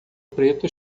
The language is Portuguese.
preto